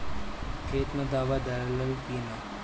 खेत मे दावा दालाल कि न?